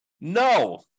No